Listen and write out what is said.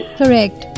correct